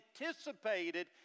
anticipated